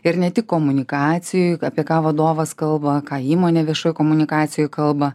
ir ne tik komunikacijoj apie ką vadovas kalba ką įmonė viešoj komunikacijoj kalba